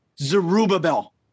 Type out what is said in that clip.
Zerubbabel